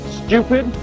stupid